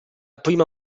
prima